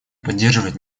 поддерживает